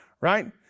right